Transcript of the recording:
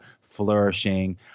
flourishing